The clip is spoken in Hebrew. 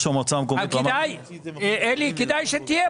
חושב שיש כאן בעיה